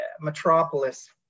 Metropolis